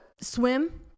swim